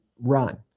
run